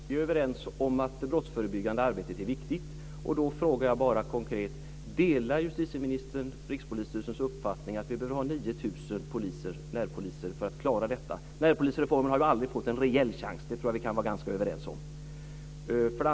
Fru talman! Vi är överens om att det brottsförebyggande arbetet är viktigt. Då frågar jag konkret: Delar justitieministern Rikspolisstyrelsens uppfattning om att vi behöver ha 9 000 närpoliser för att klara detta? Närpoliserreformen har ju aldrig fått en reell chans. Det tror jag att vi kan vara ganska överens om.